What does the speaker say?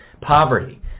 poverty